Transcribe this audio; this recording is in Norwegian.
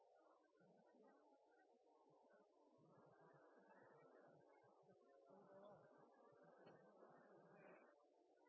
da har vi